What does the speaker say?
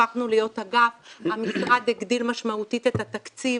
הפכנו להיות אגף, המשרד הגדיל משמעותית את התקציב.